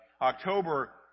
October